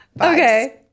Okay